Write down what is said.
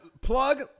plug